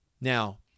Now